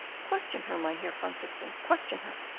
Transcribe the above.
question her, mynheer van systens, question her.